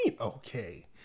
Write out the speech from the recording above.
okay